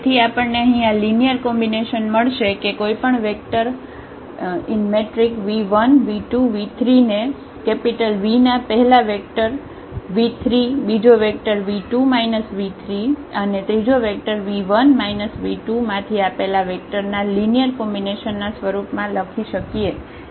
તેથી આપણને અહીં આ લિનિયર કોમ્બિનેશન મળશે કે કોઈપણ વેક્ટર v1 v2 v3 ને V ના પહેલા વેક્ટર v3 બીજો વેક્ટર v2 v3 અને આ ત્રીજો વેક્ટર v1 v2 માંથી આપેલા વેક્ટર ના લિનિયર કોમ્બિનેશનના સ્વરૂપમાં લખી શકીએ